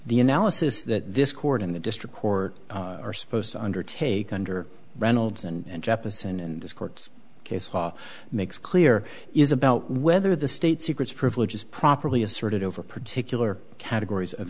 the analysis that this court in the district court are supposed to undertake under reynolds and japanese and courts case law makes clear is about whether the state secrets privilege is properly asserted over particular categories of